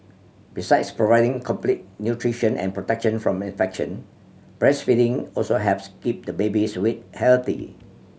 besides providing complete nutrition and protection from infection breastfeeding also helps keep the baby's weight healthy